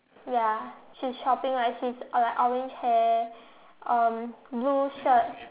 ya she's chopping like she's like orange hair um blue shirt